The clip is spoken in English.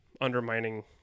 undermining